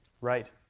Right